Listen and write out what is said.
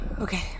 okay